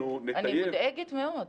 אני מודאגת מאוד.